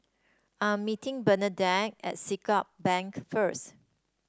I'm meeting Bernadette at Siglap Bank first